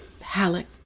Halleck